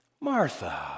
Martha